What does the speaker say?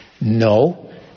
no